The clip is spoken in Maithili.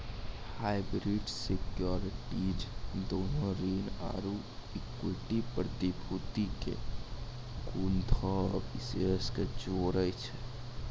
हाइब्रिड सिक्योरिटीज दोनो ऋण आरु इक्विटी प्रतिभूति के कुछो विशेषता के जोड़ै छै